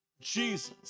Jesus